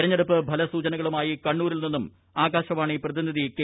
തെരഞ്ഞെടുപ്പ് ഫലസൂചനകളുമായി കണ്ണൂരിൽ നിന്നും ആകാശവാണി പ്രതിനിധി കെ